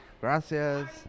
gracias